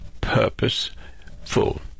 purposeful